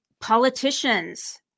politicians